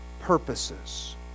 purposes